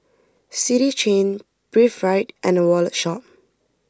City Chain Breathe Right and the Wallet Shop